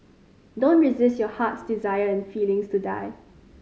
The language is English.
don't resist your heart's desire and feelings to die